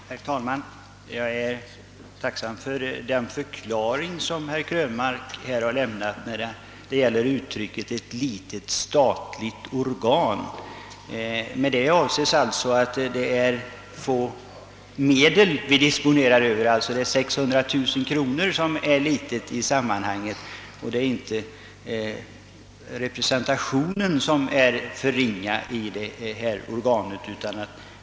Herr talman! Jag är tacksam för den förklaring som herr Krönmark lämnat rörande uttrycket »ett litet statligt organ». Med det avses alltså att det är ett litet anslag vi disponerar över — det är beloppet som är litet i sammanhanget och inte representationen som är för ringa.